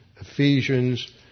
Ephesians